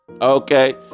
Okay